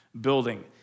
building